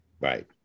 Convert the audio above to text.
Right